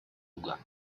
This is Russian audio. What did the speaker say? юга